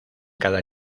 cada